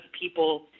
people